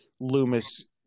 Loomis